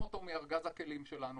אנחנו מוציאים אותו מארז הכלים שלנו.